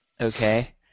Okay